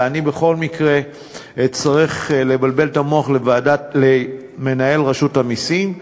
ואני בכל מקרה אצטרך לבלבל את המוח למנהל רשות המסים,